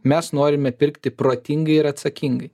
mes norime pirkti protingai ir atsakingai